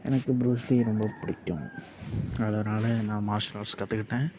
எனக்கு புரூஸ்லியை ரொம்ப பிடிக்கும் அதனால் நான் மார்ஷியல் ஆர்ட்ஸ் கற்றுக்கிட்டேன்